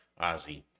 ozzy